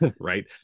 Right